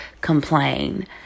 complain